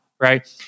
right